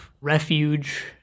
refuge